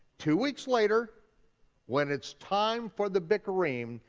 two weeks later when it's time for the bikurim,